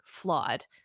flawed